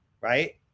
Right